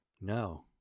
No